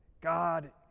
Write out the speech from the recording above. God